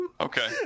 Okay